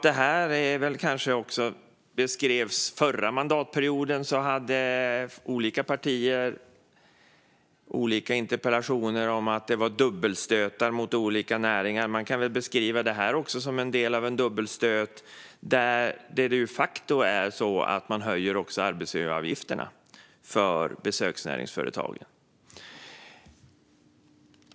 Den förra mandatperioden ställde olika partier interpellationer om det man beskrev som dubbelstötar mot olika näringar. Man kan väl beskriva också det här som en del av en dubbelstöt där man de facto också höjer arbetsgivaravgifterna för besöksnäringsföretagen.